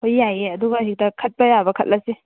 ꯍꯣꯏ ꯌꯥꯏꯌꯦ ꯑꯗꯨꯒ ꯑꯗꯨꯗ ꯈꯠꯄ ꯌꯥꯕ ꯈꯠꯂꯁꯤ